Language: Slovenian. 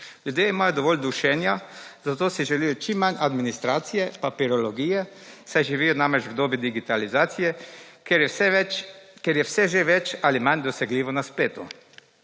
Ljudje imajo dovolj dušenja, zato si želijo čim manj administracije, papirologije, saj živijo namreč v dobi digitalizacije, kjer je vse že več ali manj dosegljivo na spletu.